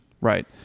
Right